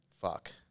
fuck